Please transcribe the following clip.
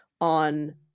on